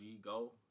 go